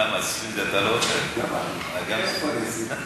שלוש דקות, בבקשה.